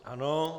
Ano.